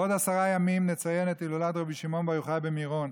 בעוד עשרה ימים נציין את הילולת רבי שמעון בר יוחאי במירון.